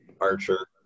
Archer